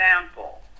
example